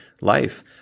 life